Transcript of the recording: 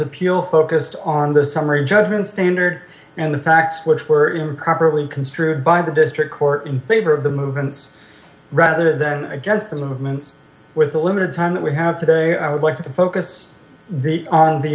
appeal focused on the summary judgment standard and the facts which were improperly construed by the district court in favor of the movements rather than against those movements with the limited time that we have today i would like to focus on the